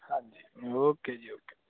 ਹਾਂਜੀ ਓਕੇ ਜੀ ਓਕੇ